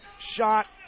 shot